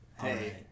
Hey